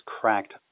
cracked